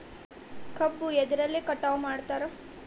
ಕಬ್ಬು ಎದ್ರಲೆ ಕಟಾವು ಮಾಡ್ತಾರ್?